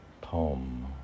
Poem